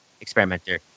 experimenter